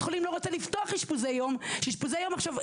חולים לא רוצה לפתוח אשפוזים כשאשפוזי יום זה עכשיו.